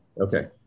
Okay